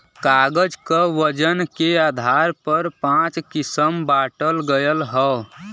कागज क वजन के आधार पर पाँच किसम बांटल गयल हौ